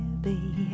baby